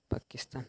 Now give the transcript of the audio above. Pakistan